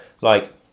like-